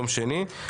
יום שני.